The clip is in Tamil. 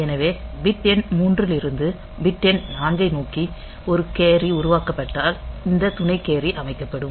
எனவே பிட் எண் 3 இலிருந்து பிட் எண் 4 ஐ நோக்கி ஒரு கேரி உருவாக்கப்பட்டால் இந்த துணை கேரி அமைக்கப்படும்